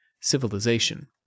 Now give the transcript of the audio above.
civilization